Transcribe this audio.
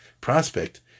prospect